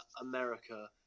America